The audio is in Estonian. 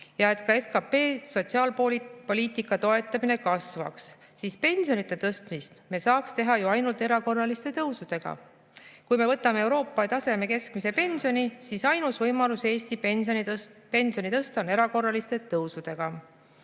Ja et ka SKP sotsiaalpoliitika toetamine kasvaks, siis pensionide tõstmist me saaks teha ju ainult erakorraliste tõusudega. Kui me võtame Euroopa taseme keskmise pensioni, siis ainus võimalus Eesti pensioni tõsta on erakorraliste tõusudega.